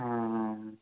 ಹಾಂ ಹಾಂ